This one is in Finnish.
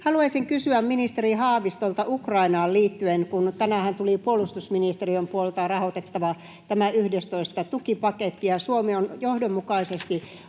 Haluaisin kysyä ministeri Haavistolta Ukrainaan liittyen, kun tänäänhän tuli puolustusministeriön puolelta rahoitettava yhdestoista tukipaketti ja Suomi on johdonmukaisesti